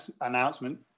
announcement